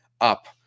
up